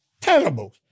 Terrible